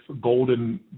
golden